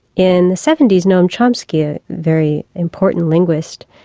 in the seventy s noam chomsky, a very important linguist,